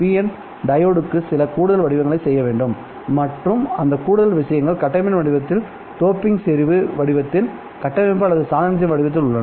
என் diode க்கு சில கூடுதல் விஷயங்களைச் செய்ய வேண்டும் மற்றும் அந்த கூடுதல் விஷயங்கள் கட்டமைப்பின் வடிவத்தில் தோபிங் செறிவு வடிவத்தில் கட்டமைப்பு அல்லது சாதனத்தின் வடிவத்தில் உள்ளன